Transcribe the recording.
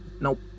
Nope